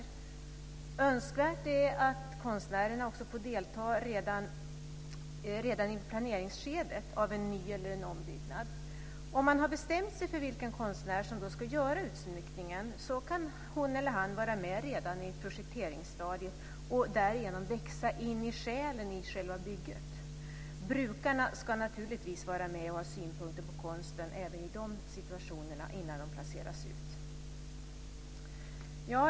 Det är också önskvärt att konstnärerna får delta redan i planeringsskedet av en ny eller ombyggnad. Om man har bestämt sig för vilken konstnär som ska göra utsmyckningen kan hon eller han vara med på projekteringsstadiet och därigenom växa in i själen i själva bygget. Brukarna ska naturligtvis vara med och ha synpunkter på konsten även i dessa situationer innan den placeras ut.